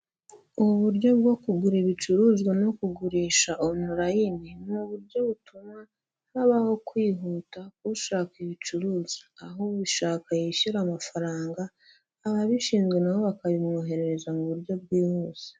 Ubu buryo bwo kugura ibicuruzwa no kugurisha onorayine ni uburyo butuma habaho kwihuta ushaka ibicuruzwa. Aho ubishaka yishyura amafaranga, ababishinzwe na bo bakabimwoherereza mu buryo bwihuse.